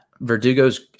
Verdugo's